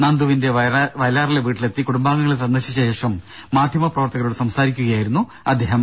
നന്ദുവിന്റെ വയലാറിലെ വീട്ടിലെത്തി കുടുംബാംഗങ്ങളെ സന്ദർശിച്ച ശേഷം മാധ്യമ പ്രവർത്തകരോട് സംസാരിക്കുകയായിരുന്നു അദ്ദേഹം